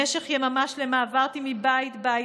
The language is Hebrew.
במשך יממה שלמה עברתי בית בית,